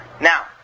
Now